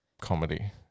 comedy